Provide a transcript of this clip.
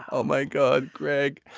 oh my god. greg.